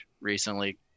recently